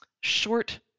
short